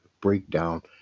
breakdown